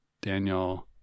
daniel